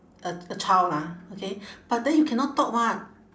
a a child lah okay but then you cannot talk [what]